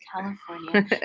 California